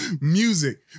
Music